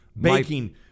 Baking